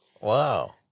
wow